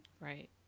Right